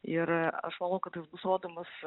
ir aš manau kad jis bus rodomas